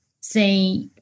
say